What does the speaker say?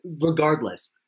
Regardless